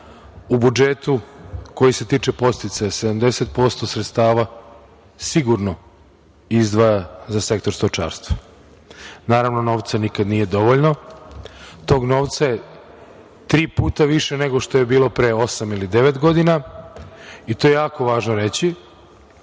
u budžetu koji se tiče podsticaja, 70% sredstava sigurno izdvaja za Sektor stočarstva. Naravno novca nikad nije dovoljno. Tog novca je tri puta više nego što je bilo pre osam ili devet godina i to je jako važno reći.